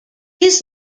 his